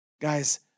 Guys